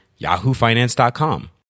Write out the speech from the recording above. yahoofinance.com